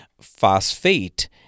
phosphate